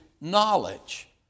knowledge